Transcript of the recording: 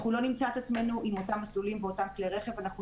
אנחנו לא נמצא את עצמנו עם אותם מסלולים ואותם כלי רכב ואנחנו